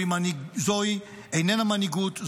זו איננה מנהיגות.